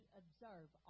observe